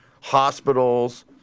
hospitals